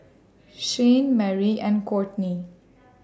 Shayne Merry and Kortney